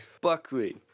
Buckley